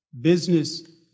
business